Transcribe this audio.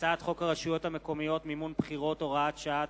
הצעת חוק הרשויות המקומיות (מימון בחירות) (הוראת שעה),